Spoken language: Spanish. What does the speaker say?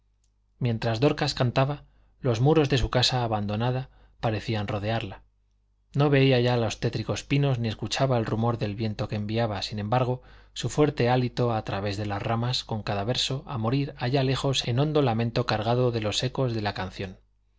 mientras dorcas cantaba los muros de su casa abandonada parecían rodearla no veía ya los tétricos pinos ni escuchaba el rumor del viento que enviaba sin embargo su fuerte hálito a través de las ramas con cada verso a morir allá lejos en hondo lamento cargado de los ecos de la canción